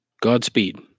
Godspeed